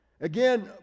Again